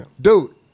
Dude